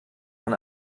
man